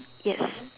yes